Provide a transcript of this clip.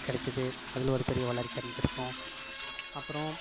கிடைச்சிது அதில் ஒரு பெரிய வளர்ச்சி அடைஞ்சிருக்கோம் அப்பறம்